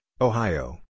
Ohio